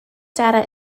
data